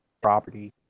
property